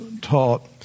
taught